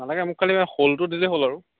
নালাগে মোক খালি শ'লটো দিলেই হ'ল আৰু